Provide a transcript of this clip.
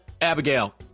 Abigail